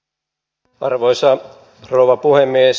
arvoisa rouva puhemies